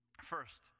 First